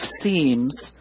seems